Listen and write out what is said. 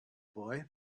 boy